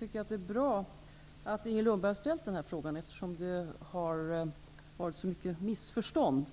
Herr talman! Det är bra att Inger Lundberg har ställt den här frågan eftersom det har förekommit så många missförstånd,